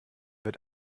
wird